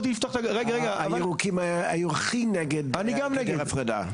הירוקים היו הכי נגד בגדר ההפרדה.